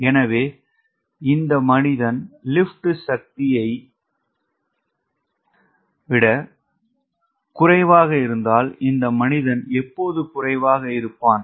எனவே இந்த மனிதன் லிப்ட் சக்தியை விட குறைவாக இருந்தால் இந்த மனிதன் எப்போது குறைவாக இருப்பான்